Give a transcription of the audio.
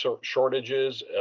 shortages